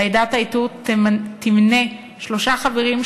ועדת האיתור תמנה שלושה חברים,